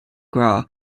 gras